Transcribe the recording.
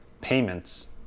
payments